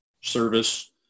service